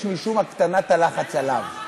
יש בזה משום הקטנת הלחץ עליו.